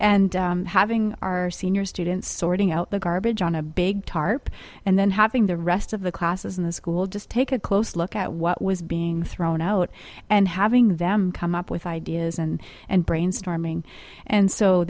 and having our senior students sorting out the garbage on a big tarp and then having the rest of the classes in the school just take a close look at what was being thrown out and having them come up with ideas and and brainstorming and so